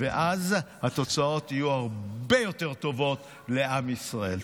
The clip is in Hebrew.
ואז התוצאות יהיו הרבה יותר טובות לעם ישראל.